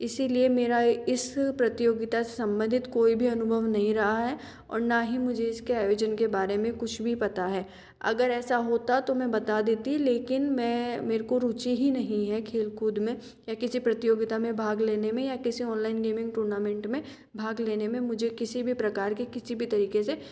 इसीलिए मेरा इस प्रतियोगिता से संबंधित कोई भी अनुभव नहीं रहा है और न ही मुझे इसके आयोजन के बारे में कुछ भी पता है अगर ऐसा होता तो में बता देती लेकिन में मेरे को रूचि ही नहीं है खेल कूद में या किसी प्रतियोगिता में भाग लेने में या किसी ऑनलाइन गेमिंग टूर्नामेंट में भाग लेने में मुझे किसी भी प्रकार की किसी भी तरीके से